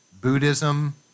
Buddhism